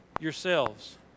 yourselves